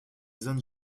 zones